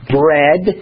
bread